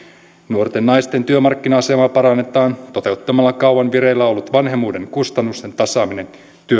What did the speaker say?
nuorten naisten työmarkkina asemaa parannetaan toteuttamalla kauan vireillä ollut vanhemmuuden kustannusten tasaaminen työnantajalle